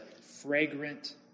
fragrant